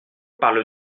parle